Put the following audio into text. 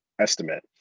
estimate